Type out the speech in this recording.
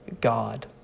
God